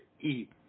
eat